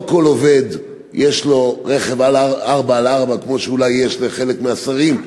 לא לכל עובד יש רכב 4X4 כמו שאולי יש לחלק מהשרים,